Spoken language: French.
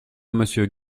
monsieur